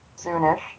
soonish